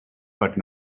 but